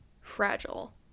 fragile